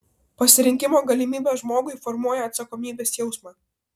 pasirinkimo galimybė žmogui formuoja atsakomybės jausmą